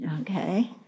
Okay